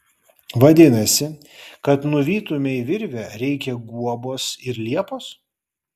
vadinasi kad nuvytumei virvę reikia guobos ir liepos